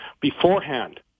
beforehand